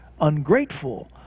ungrateful